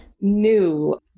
new